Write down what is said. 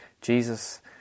Jesus